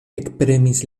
ekpremis